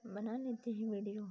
बना लेते हैं विडिओ